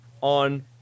on